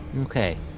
Okay